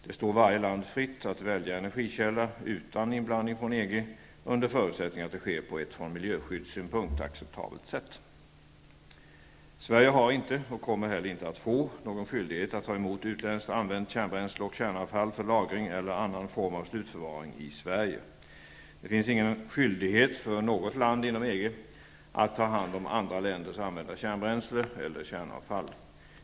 Det står varje land fritt att välja energikälla utan inblandning från EG, under förutsättning att det sker på ett från miljöskyddssynpunkt acceptabelt sätt. Sverige har inte, och kommer heller inte att få, någon skyldighet att ta emot utländskt använt kärnbränsle och kärnavfall för lagring eller annan form av slutförvaring i Sverige. Det finns ingen skyldighet för något land inom EG att ta hand om andra länders använda kärnbränsle eller kärnavfall.